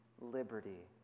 liberty